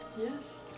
Yes